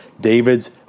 David's